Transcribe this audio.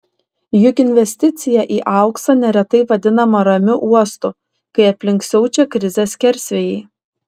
juk investicija į auksą neretai vadinama ramiu uostu kai aplink siaučia krizės skersvėjai